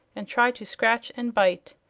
and tried to scratch and bite,